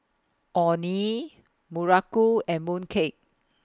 Orh Nee Muruku and Mooncake